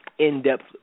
in-depth